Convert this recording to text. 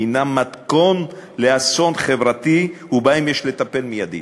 מתכון לאסון חברתי ויש לטפל בהם מייד.